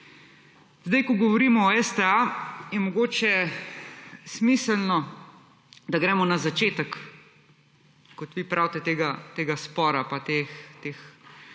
ko govorimo o STA, je mogoče smiselno, da gremo na začetek, kot vi pravite, tega spora, pa teh